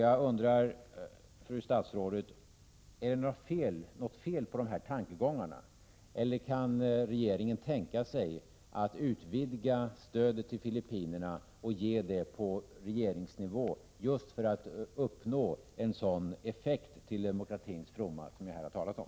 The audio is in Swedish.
Jag undrar, fru statsrådet: Är det något fel på de här tankegångarna, eller kan regeringen tänka sig att utvidga stödet till Filippinerna och ge det på regeringsnivå, just för att uppnå en sådan effekt till demokratins fromma som jag här har talat om?